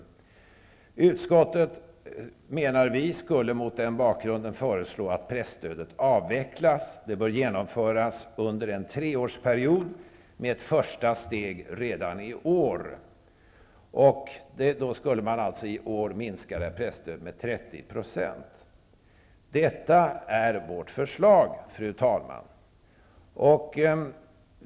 Vi i Ny demokrati anser att utskottet mot denna bakgrund borde föreslå att presstödet skall avvecklas. Denna aveckling bör genomföras under en treårsperiod med ett första steg redan i år, vilket medför en minskning av presstödet under det första året med 30 %. Detta är vårt förslag, fru talman.